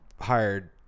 hired